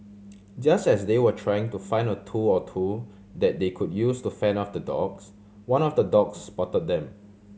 just as they were trying to find a tool or two that they could use to fend off the dogs one of the dogs spot them